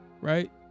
right